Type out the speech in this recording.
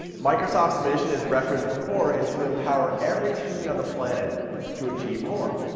microsoft's mission, as referenced before, is to empower every student on the planet to achieve more.